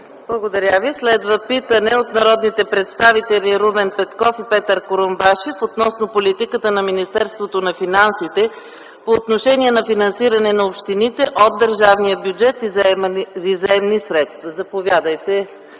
Благодаря Ви. Следва питане от народните представители Румен Петков и Петър Курумбашев относно политиката на Министерството на финансите по отношение на финансиране на общините – от държавния бюджет и заемни средства. Народният